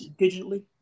digitally